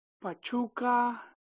Pachuca